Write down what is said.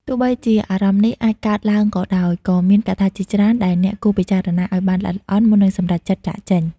ទោះបីជាអារម្មណ៍នេះអាចកើតឡើងក៏ដោយ ក៏មានកត្តាជាច្រើនដែលអ្នកគួរពិចារណាឲ្យបានល្អិតល្អន់ មុននឹងសម្រេចចិត្តចាកចេញ។